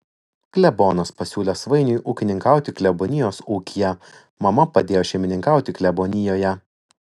klebonas pasiūlė svainiui ūkininkauti klebonijos ūkyje mama padėjo šeimininkauti klebonijoje